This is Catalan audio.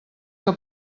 que